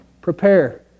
Prepare